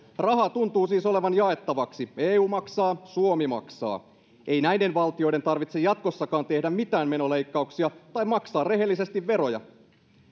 rahaa tuntuu siis olevan jaettavaksi eu maksaa suomi maksaa ei näiden valtioiden tarvitse jatkossakaan tehdä mitään menoleikkauksia tai maksaa rehellisesti veroja